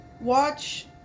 Watch